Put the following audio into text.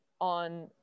on